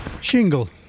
shingle